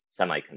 semiconductor